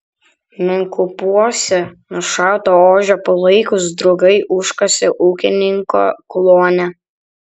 menkupiuose nušauto ožio palaikus draugai užkasė ūkininko kluone